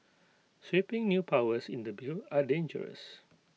sweeping new powers in the bill are dangerous